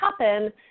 happen